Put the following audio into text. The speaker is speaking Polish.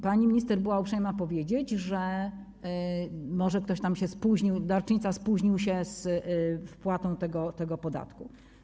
Pani minister była uprzejma powiedzieć, że może ktoś tam się spóźnił, darczyńca spóźnił się z wpłatą tego podatku.